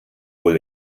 wohl